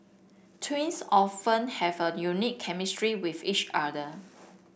twins often have a unique chemistry with each other